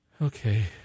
Okay